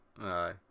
Aye